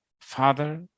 father